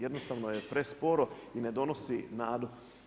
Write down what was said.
Jednostavno je presporo i ne donosi nadu.